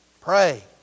pray